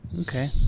Okay